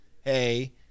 hey